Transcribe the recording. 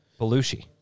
Belushi